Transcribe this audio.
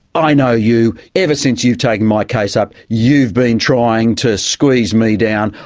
i know you, ever since you've taken my case up you've been trying to squeeze me down.